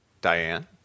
Diane